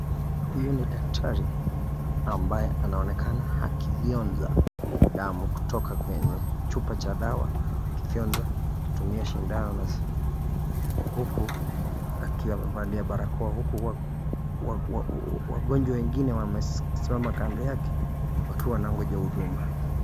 Huyu ni daktari ambaye anaonekana akifyonza damu kutoka kwenye chupa cha dawa akifyonza kutumia sidano ,huku akiwa amevalia barakoa, huku wagonjwa wengine wamesimama kando yake wakiwa wanangoja huduma.